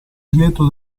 lieto